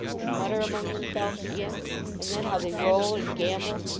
and mutter among themselves again and then how they roll and gambol,